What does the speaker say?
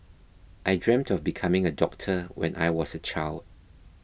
I dreamt of becoming a doctor when I was a child